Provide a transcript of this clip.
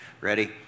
Ready